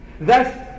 Thus